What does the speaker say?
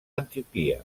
antioquia